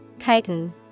Chitin